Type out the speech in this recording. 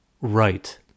right